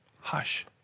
hush